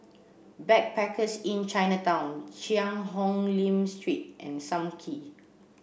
Backpackers Inn Chinatown Cheang Hong Lim Street and Sam Kee